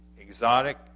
exotic